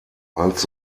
als